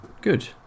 good